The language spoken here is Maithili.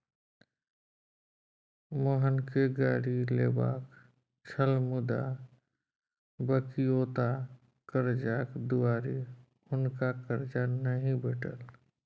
मोहनकेँ गाड़ी लेबाक छल मुदा बकिऔता करजाक दुआरे हुनका करजा नहि भेटल